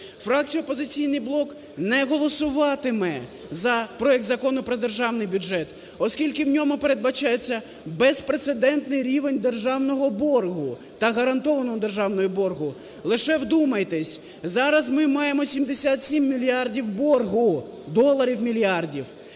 блок" не голосуватиме за проект Закону про Державний бюджет, оскільки в ньому передбачається безпрецедентний рівень державного боргу та гарантованого державного боргу. Лише вдумайтесь, зараз ми маємо 77 мільярдів боргу, доларів мільярдів.